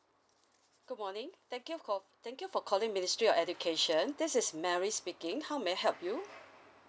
good morning thank you for thank you for calling ministry of education this is mary speaking how may I help you